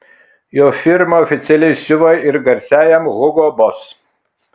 jo firma oficialiai siuva ir garsiajam hugo boss